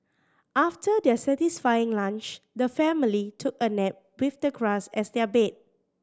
after their satisfying lunch the family took a nap with the grass as their bed